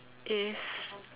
if